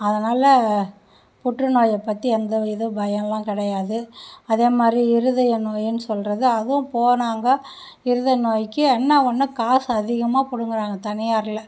அதனால புற்றுநோயை பற்றி எந்த இது பயம்லாம் கிடையாது அதே மாதிரி இருதய நோயின் சொல்றது அதுவும் போனவங்க இருதய நோயிக்கு என்ன ஒன்று காசு அதிகமாக பிடுங்கறாங்க தனியாரில்